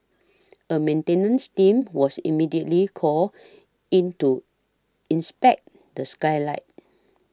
a maintenance team was immediately called in to inspect the skylight